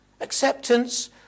Acceptance